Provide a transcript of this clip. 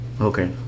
Okay